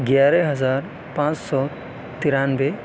گیارہ ہزار پانچ سو ترانوے